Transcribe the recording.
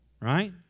right